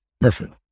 perfect